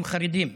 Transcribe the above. הם חרדים.